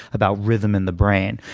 about rhythm and the brain.